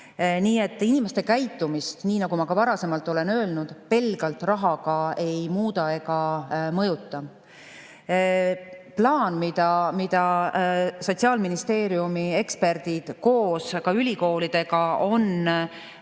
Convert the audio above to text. Nii et inimeste käitumist, nii nagu ma varasemalt olen öelnud, pelgalt rahaga ei muuda ega mõjuta. Plaan, mille Sotsiaalministeeriumi eksperdid koos ülikoolidega on välja